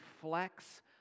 flex